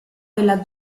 della